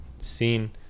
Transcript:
scene